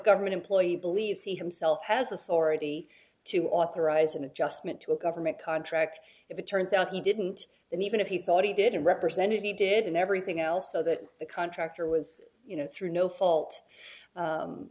government employee believes he himself has authority to authorize an adjustment to a government contract if it turns out he didn't and even if he thought he did represent if he did and everything else so that the contractor was you know through no fault